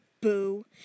boo